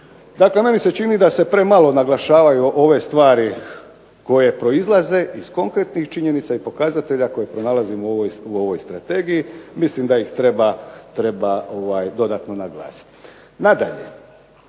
Dakle, meni se čini da se premalo naglašavaju ove stvari koje proizlaze iz konkretnih činjenica i pokazatelja koje pronalazimo u ovoj strategiji. Mislim da ih treba dodatno naglasiti. Nadalje,